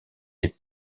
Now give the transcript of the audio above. des